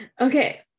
Okay